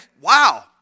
wow